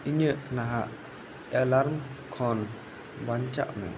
ᱤᱧᱟᱜ ᱱᱟᱦᱟᱜ ᱮᱞᱟᱨᱢ ᱠᱷᱚᱱ ᱵᱟᱧᱪᱟᱜ ᱢᱮ